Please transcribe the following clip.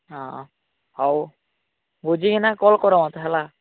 ହଁ ହଉ ବୁଝିକିନା କଲ୍ କର ମୋତେ ହେଲା